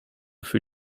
für